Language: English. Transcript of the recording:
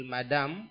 Madam